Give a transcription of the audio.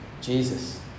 Jesus